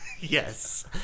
Yes